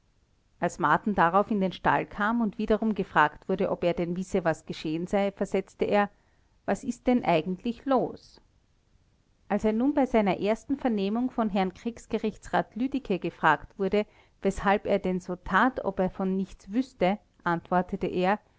als marten darauf in den stall kam und wiederum gefragt wurde ob er denn wisse was geschehen sei versetzte er was ist denn eigentlich los als er nun bei seiner ersten vernehmung von herrn kriegsgerichtsrat lüdicke gefragt wurde weshalb er denn so tat als ob er von nichts wüßte antwortete er